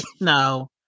no